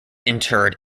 interred